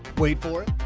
wait for it.